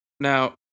Now